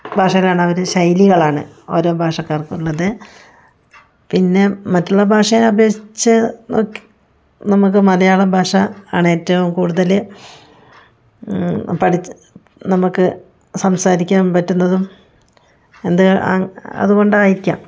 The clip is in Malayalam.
ഭാഷകളാണ് ആ ഓരോ ശൈലികളാണ് ഓരോ ഭാഷക്കാർക്കുള്ളത് പിന്നെ മറ്റുള്ള ഭാഷയെ അപേക്ഷിച്ച് നോക്കി നമുക്ക് മലയാളം ഭാഷ ആണ് ഏറ്റവും കൂടുതല് പഠിച്ച് നമുക്ക് സംസാരിക്കാൻ പറ്റുന്നതും എന്ത് അതുകൊണ്ടായിരിക്കാം